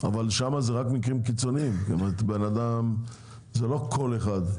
אבל שם אלה רק מקרים קיצוניים, זה לא כל אחד.